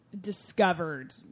discovered